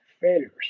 failures